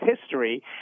history